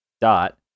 dot